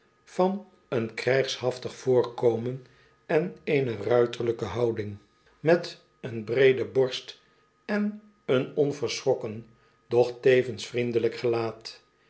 van een krijgshaftig voorkomen en eene ruiterlijke houding een reiziger die geen handel drijft met eene breede borst en een onverschrokken doch tevens vriendelijk gelaat